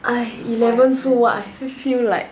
at eleven so what I only feel like